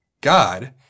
God